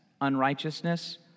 unrighteousness